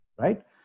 Right